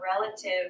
relative